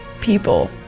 people